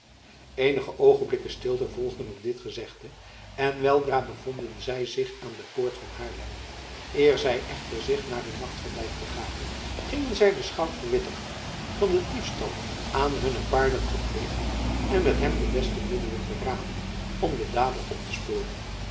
eenige oogenblikken stilte volgden op dit gezegde en weldra bevonden zij zich aan de poort van haarlem eer zij echter zich naar hun nachtverblijf begaven gingen zij den schout verwittigen van den diefstal aan hunne paarden gepleegd en met hem de beste middelen beramen om den dader op te sporen